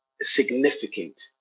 significant